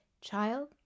Child